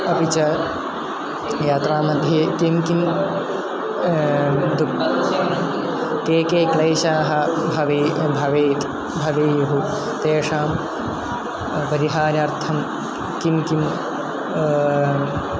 अपि च यात्रामध्ये किं किं के के क्लेशाः भवेयुः भवेत् भवेयुः तेषां परिहारार्थं किं किं